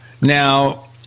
Now